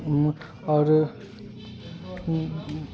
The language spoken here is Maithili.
आओर